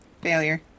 Failure